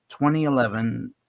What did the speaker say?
2011